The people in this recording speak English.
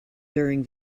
during